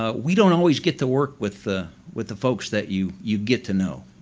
ah we don't always get to work with the with the folks that you you get to know.